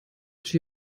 chi